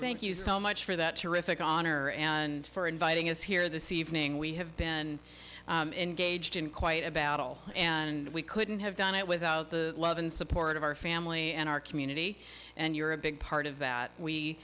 so much for that terrific honor and for inviting us here this evening we have been engaged in quite a battle and we couldn't have done it without the love and support of our family and our community and you're a big part of that we